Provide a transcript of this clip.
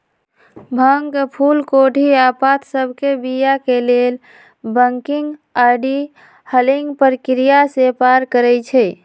भांग के फूल कोढ़ी आऽ पात सभके बीया के लेल बंकिंग आऽ डी हलिंग प्रक्रिया से पार करइ छै